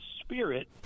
spirit